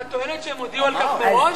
את טוענת שהם הודיעו על כך מראש?